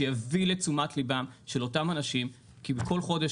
שיביא לתשומת ליבם של אותם אנשים כי בכל חודש,